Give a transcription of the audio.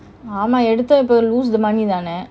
ஆமா எடுத்த இப்போ:ama yeadutha ipo lose the money தான:thaana